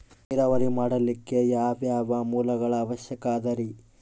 ನೇರಾವರಿ ಮಾಡಲಿಕ್ಕೆ ಯಾವ್ಯಾವ ಮೂಲಗಳ ಅವಶ್ಯಕ ಅದರಿ?